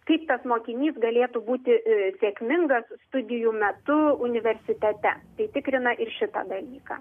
kaip tas mokinys galėtų būti sėkmingas studijų metu universitete tai tikrina ir šitą dalyką